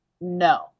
no